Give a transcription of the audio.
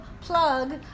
plug